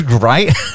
Right